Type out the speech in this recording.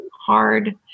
hard